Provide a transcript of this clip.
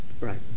Right